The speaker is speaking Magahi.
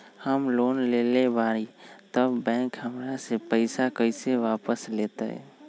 हम लोन लेलेबाई तब बैंक हमरा से पैसा कइसे वापिस लेतई?